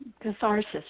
catharsis